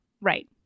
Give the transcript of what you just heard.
Right